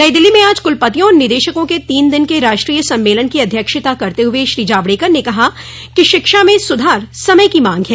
नई दिल्ली में आज कुलपतियों और निदेशकों के तीन दिन के राष्ट्रीय सम्मेलन की अध्यक्षता करते हुए श्री जावड़ेकर ने कहा कि शिक्षा में सुधार समय की मांग है